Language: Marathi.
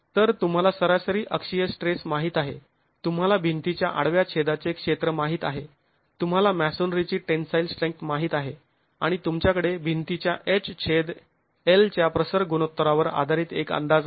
तर तुंम्हाला सरासरी अक्षीय स्ट्रेस माहीत आहे तुंम्हाला भिंतीच्या आडव्या छेदाचे क्षेत्र माहीत आहे तुम्हाला मॅसोनरीची टेन्साईल स्ट्रेन्थ माहित आहे आणि तुमच्याकडे भिंतीच्या h छेद l च्या प्रसर गुणोत्तरावर आधारित एक अंदाज आहे